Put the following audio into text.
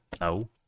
No